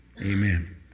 Amen